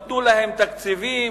נתנו להם תקציבים,